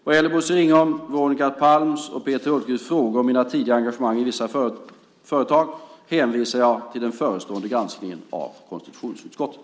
Vad gäller Bosse Ringholms, Veronica Palms och Peter Hultqvists frågor om mina tidigare engagemang i vissa företag hänvisar jag till den förestående granskningen av konstitutionsutskottet.